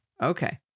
Okay